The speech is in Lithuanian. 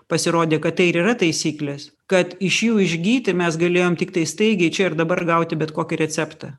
pasirodė kad tai ir yra taisyklės kad iš jų išgyti mes galėjom tiktai staigiai čia ir dabar gauti bet kokį receptą